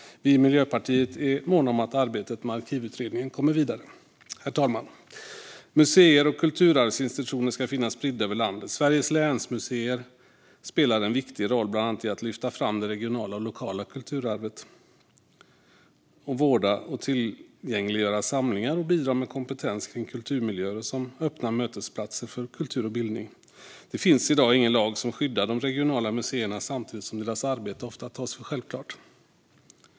Vi i Miljöpartiet är måna om att arbetet med arkivutredningen kommer vidare. Herr talman! Museer och kulturarvsinstitutioner ska finnas spridda över landet. Sveriges länsmuseer spelar en viktig roll bland annat i att lyfta fram det regionala och lokala kulturarvet, vårda och tillgängliggöra samlingar och bidra med kompetens kring kulturmiljöer samt som öppna mötesplatser för kultur och bildning. Det finns i dag ingen lag som skyddar de regionala museerna, samtidigt som deras arbete ofta tas för självklart.